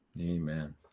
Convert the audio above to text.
Amen